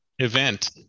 Event